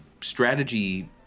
strategy